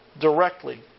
directly